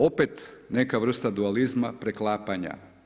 Opet neka vrsta dualizma, preklapanja.